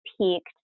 peaked